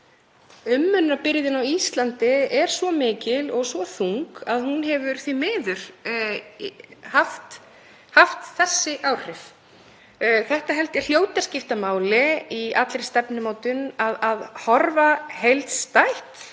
örorku. Umönnunarbyrðin á Íslandi er svo mikil og svo þung að hún hefur því miður haft þessi áhrif. Þetta held ég að hljóti að skipta máli í allri stefnumótun, að horfa heildstætt